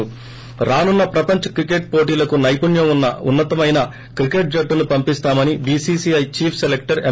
ి స్టార్ రానున్న ప్రపంచ క్రికెట్ పోటీలకు నైపుణ్యం ఉన్న ఉన్న తమైన క్రికెట్ జట్టును పంపిస్తామని బీసీసీఐ చీఫ్ సెలక్షర్ ఎం